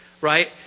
right